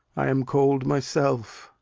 i am cold myself.